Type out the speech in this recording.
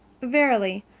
verily,